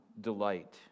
delight